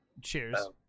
cheers